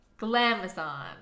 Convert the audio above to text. Glamazon